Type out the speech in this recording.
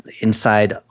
inside